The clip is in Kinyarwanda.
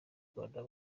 rwanda